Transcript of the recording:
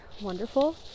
wonderful